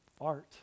art